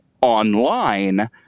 online